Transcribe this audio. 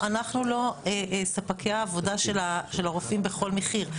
אבל אנחנו לא ספקי העבודה של הרופאים בכל מחיר.